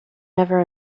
never